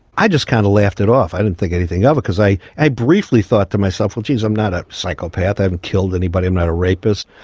i just kind of laughed it off. i didn't think anything of it, because i i briefly thought to myself, well geez, i'm not a psychopath, i haven't killed anybody, i'm not a rapist.